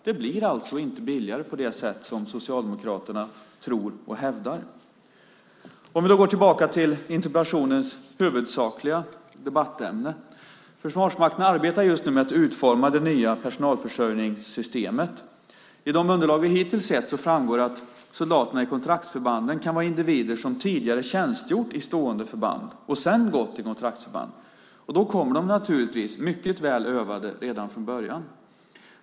Det blir alltså inte billigare på det sätt som Socialdemokraterna tror och hävdar. Vi kan då gå tillbaka till interpellationens huvudsakliga debattämne. Försvarsmakten arbetar just nu med att utforma det nya personalförsörjningssystemet. I de underlag vi hittills har sett framgår det att soldaterna i kontraktsförbanden kan vara individer som tidigare tjänstgjort i stående förband och sedan gått till kontraktsförband. Då kommer de naturligtvis mycket väl övade redan från början.